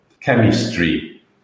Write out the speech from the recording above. chemistry